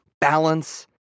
balance